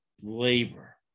labor